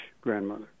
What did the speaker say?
grandmother